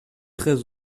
très